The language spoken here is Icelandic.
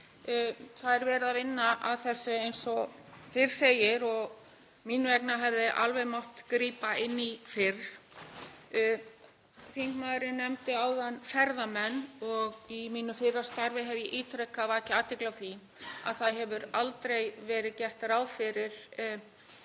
Það er verið að vinna að þessu eins og fyrr segir og mín vegna hefði alveg mátt grípa inn í fyrr. Þingmaðurinn nefndi ferðamenn áðan og í mínu fyrra starfi hef ég ítrekað vakið athygli á því að það hefur aldrei verið gert ráð fyrir